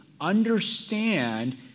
understand